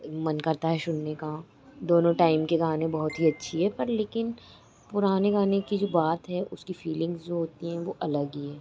एक मन करता है सुनने का दोनों टाइम के गाने बहुत ही अच्छी है पर लेकिन पुराने गाने की जो बात है उसकी फ़ीलिंग्स जो होती हैं वह अलग ही हैं